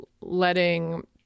letting